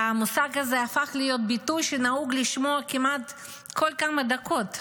והמושג הזה הפך להיות ביטוי שנהוג לשמוע בכל כמה דקות כמעט.